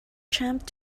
jumped